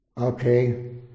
okay